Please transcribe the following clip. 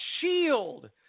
shield